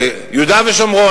יהודה ושומרון,